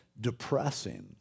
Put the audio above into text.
depressing